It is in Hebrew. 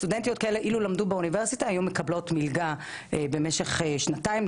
סטודנטיות אלו אילו למדו באוניברסיטה היו מקבלות מלגה במשך שנתיים,